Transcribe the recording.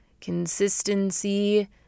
Consistency